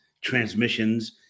transmissions